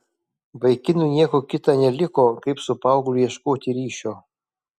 vaikinui nieko kita neliko kaip su paaugliu ieškoti ryšio